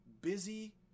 busy